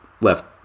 left